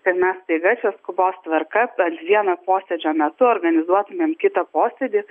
kad mes staiga čia skubos tvarka per vieno posėdžio metu organizuotumėm kitą posėdį